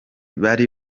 bari